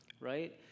right